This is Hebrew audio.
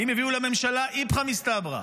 האם הביאו לממשלה "איפכא מסתברא"?